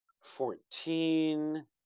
fourteen